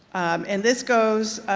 and this goes